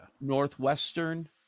Northwestern